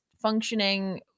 functioning